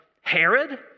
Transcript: Herod